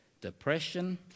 depression